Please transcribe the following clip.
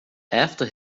after